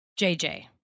JJ